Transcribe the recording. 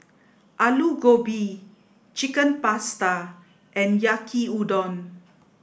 Alu Gobi Chicken Pasta and Yaki udon